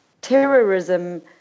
Terrorism